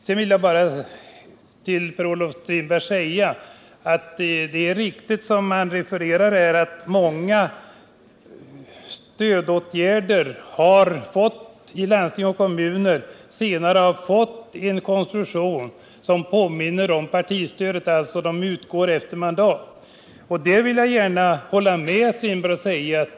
Det är riktigt som Per-Olof Strindberg säger att många stödåtgärder i landsting och kommuner senare har fått en konstruktion som påminner om partistödet; man utgår alltså från mandat. Där vill jag gärna hålla med herr Strindberg.